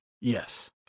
Yes